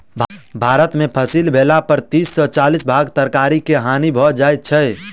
भारत में फसिल भेला पर तीस से चालीस भाग तरकारी के हानि भ जाइ छै